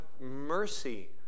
mercy